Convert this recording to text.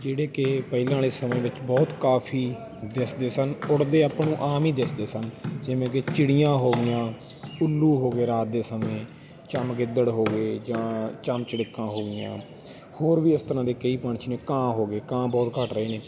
ਜਿਹੜੇ ਕਿ ਪਹਿਲਾਂ ਵਾਲੇ ਸਮੇਂ ਵਿੱਚ ਬਹੁਤ ਕਾਫੀ ਦਿਸਦੇ ਸਨ ਉੱਡਦੇ ਆਪਾਂ ਨੂੰ ਆਮ ਹੀ ਦਿਸਦੇ ਸਨ ਜਿਵੇਂ ਕਿ ਚਿੜੀਆਂ ਹੋ ਗਈਆਂ ਉੱਲੂ ਹੋ ਗਏ ਰਾਤ ਦੇ ਸਮੇਂ ਚਮਗਿੱਦੜ ਹੋ ਗਏ ਜਾਂ ਚਮਚੜਿੱਕਾਂ ਹੋ ਗਈਆਂ ਹੋਰ ਵੀ ਇਸ ਤਰ੍ਹਾਂ ਦੇ ਕਈ ਪੰਛੀ ਨੇ ਕਾਂ ਹੋ ਗਏ ਕਾਂ ਬਹੁਤ ਘੱਟ ਰਹੇ ਨੇ